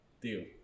Deal